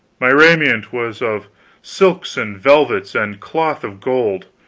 my raiment was of silks and velvets and cloth of gold,